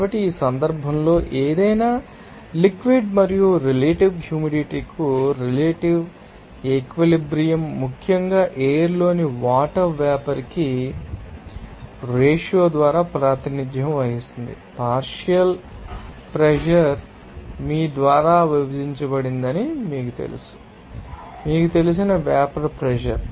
కాబట్టి ఈ సందర్భంలో ఏదైనా లిక్విడ్ మరియు రిలేటివ్ హ్యూమిడిటీ కు రిలేటివ్ ఈక్విలిబ్రియం త ముఖ్యంగా ఎయిర్ లోని వాటర్ వేపర్ కి ఈ రేషియో ద్వారా ప్రాతినిధ్యం వహిస్తుంది పార్షియల్ ప్రెషర్ మీ ద్వారా విభజించబడిందని మీకు తెలుసు మీకు తెలిసిన వేపర్ ప్రెషర్